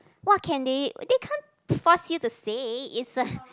what can they they can't force you to say it's a